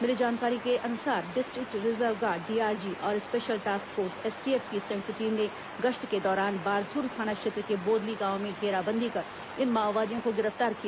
मिली जानकारी के अनुसार डिस्ट्रिक्ट रिजर्व गार्ड डीआरजी और स्पेशल टास्क फोर्स एसटीएफ की संयुक्त टीम ने गश्त के दौरान बारसूर थाना क्षेत्र के बोदली गांव में घेराबंदी कर इन माओवादियों को गिरफ्तार किया